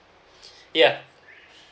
yeuh